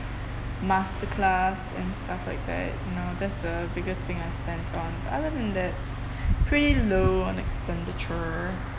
masterclass and stuff like that you know that's the biggest thing I spend on other than that pretty low on expenditure